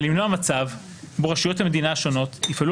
ולמנוע מצב שבו רשויות המדינה השונות יפעלו